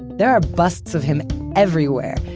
there are busts of him everywhere.